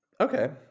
Okay